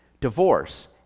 divorce